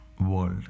world